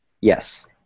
Yes